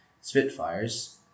Spitfires